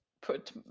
put